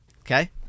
Okay